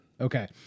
Okay